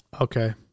okay